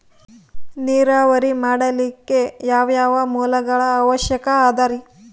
ನೇರಾವರಿ ಮಾಡಲಿಕ್ಕೆ ಯಾವ್ಯಾವ ಮೂಲಗಳ ಅವಶ್ಯಕ ಅದರಿ?